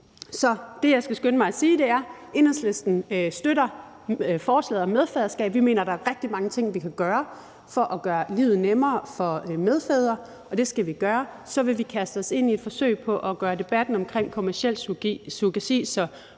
Så det, som jeg skal skynde mig at sige, er, at Enhedslisten støtter forslaget om medfaderskab. Vi mener, at der er rigtig mange ting, vi kan gøre for at gøre livet nemmere for medfædrene, og det skal vi gøre, og så vil vi kaste os ind i et forsøg på at gøre debatten om kommerciel surrogati så